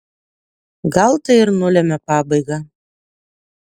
gal tai ir nulemia pabaigą